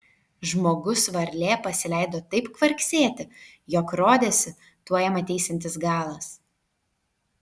žmogus varlė pasileido taip kvarksėti jog rodėsi tuoj jam ateisiantis galas